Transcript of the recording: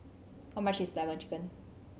how much is Lemon Chicken